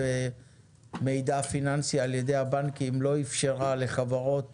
במידע פיננסי בידי הבנקים לא אפשר לחברות